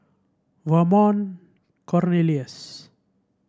Vernon Cornelius